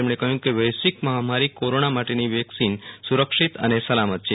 તેમણે કહયું હતું કે વૈશ્વિક મહામારી કોરોના માટેની વેકસીન સુ રક્ષિત અને સલામત છે